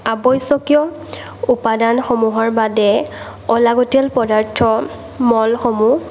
আৱশ্যকীয় উপাদানসমূহৰ বাদে অলাগতীয়াল পদাৰ্থ মলসমূহ